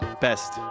Best